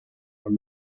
are